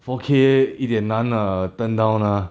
four K 一点难 err turn down ah